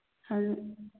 ꯑ